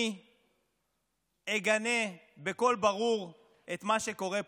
אני אגנה בקול ברור את מה שקורה פה.